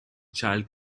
child